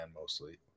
mostly